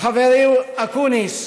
חברי אקוניס,